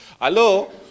Hello